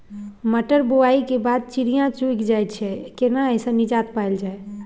मटर बुआई के बाद चिड़िया चुइग जाय छियै केना ऐसे निजात पायल जाय?